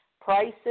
prices